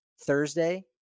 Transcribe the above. Thursday